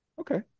Okay